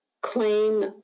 claim